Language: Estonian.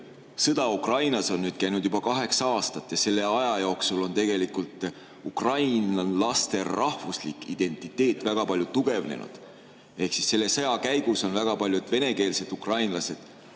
Sõda Ukrainas on nüüd käinud juba kaheksa aastat ja selle aja jooksul on ukrainlaste rahvuslik identiteet väga palju tugevnenud. Selle sõja käigus on väga paljud venekeelsed ukrainlased